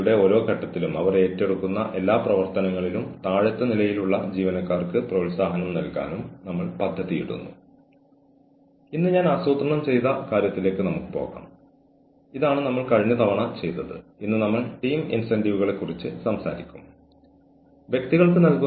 കൂടാതെ ഏതെങ്കിലും തരത്തിലുള്ള അച്ചടക്കത്തിന്റെ കൂടുതൽ ആവശ്യമോ അല്ലെങ്കിൽ കൂടുതൽ നെഗറ്റീവ് ചൊരിയുന്നതിന്റെ ആവശ്യമോ കുറയും